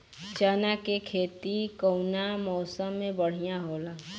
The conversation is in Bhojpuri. चना के खेती कउना मौसम मे बढ़ियां होला?